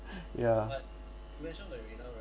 yeah